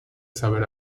saber